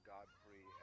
Godfrey